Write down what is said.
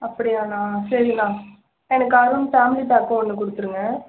அப்பிடியாண்ணா சரிண்ணா எனக்கு Arun family pack ஒன்று கொடுத்துருங்க